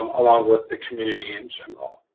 um along with the community in general.